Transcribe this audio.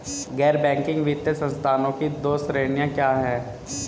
गैर बैंकिंग वित्तीय संस्थानों की दो श्रेणियाँ क्या हैं?